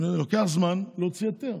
לוקח זמן להוציא היתר.